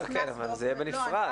זה יהיה בנפרד.